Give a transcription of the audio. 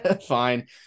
Fine